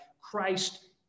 Christ